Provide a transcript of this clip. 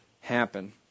happen